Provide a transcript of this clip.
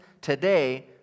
today